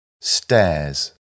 Stairs